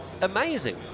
Amazing